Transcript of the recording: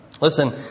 Listen